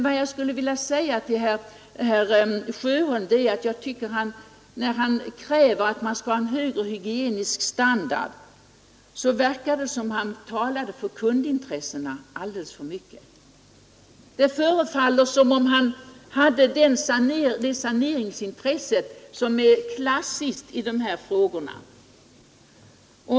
När herr Sjöholm kräver att man skall ha en högre hygienisk standard tycker jag det verkar som om han alldeles för mycket talar för kundintressena. Det förefaller som om han hade det saneringsintresse som är klassiskt i dessa frågor.